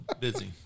busy